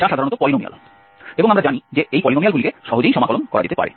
যা সাধারণত পলিনোমিয়াল এবং আমরা জানি যে এই পলিনোমিয়ালগুলিকে সহজেই সমাকলন করা যেতে পারে